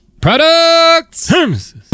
Products